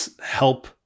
help